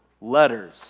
letters